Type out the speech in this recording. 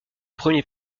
premier